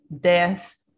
death